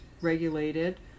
regulated